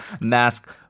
mask